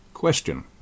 Question